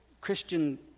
Christian